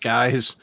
Guys